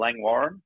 Langwarren